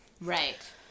Right